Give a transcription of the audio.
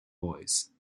voice